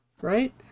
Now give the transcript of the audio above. right